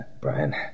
Brian